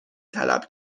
طلب